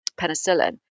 penicillin